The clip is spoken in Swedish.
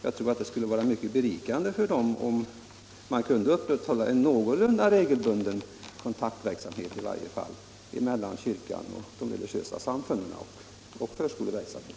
Jag tror att det skulle vara mycket berikande för barnen om man kunde upprätthålla en någorlunda regelbunden kontakt mellan de kyrkliga samfunden och förskoleverksamheten.